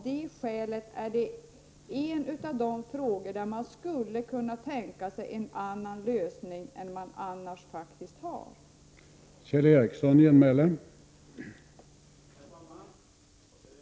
Därför är detta ett område, där man kan tänka sig en annan lösning än man har på andra områden.